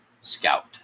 Scout